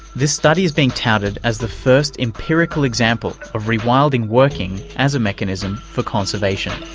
this study is being touted as the first empirical example of rewilding working as a mechanism for conservation.